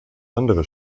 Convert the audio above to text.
andere